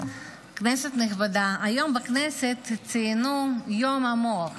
כנסת נכבדה, היום בכנסת ציינו את יום המוח,